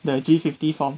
the G fifty form